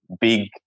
big